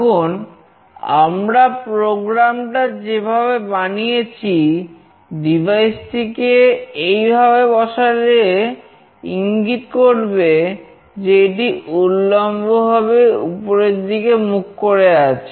এখন আমরা প্রোগ্রামটা যেভাবে বানিয়েছি ডিভাইসটিকে এইভাবে বসালে ইঙ্গিত করবে যে এটি উল্লম্বভাবে উপরের দিকে মুখ করে আছে